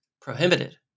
prohibited